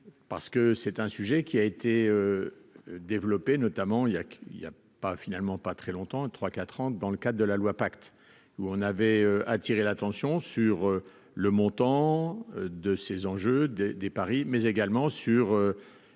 parce que c'est un sujet qui a été développé notamment, il y a, il y a pas finalement pas très longtemps, 3 4 ans, dans le cadre de la loi pacte où on avait attiré l'attention sur le montant de ces enjeux des des paris, mais également sur